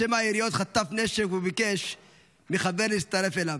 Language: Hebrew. לשמע היריות חטף נשק, וביקש מחבר להצטרף אליו.